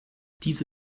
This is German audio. diese